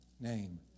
name